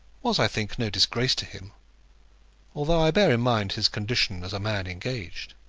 was, i think, no disgrace to him although i bear in mind his condition as a man engaged.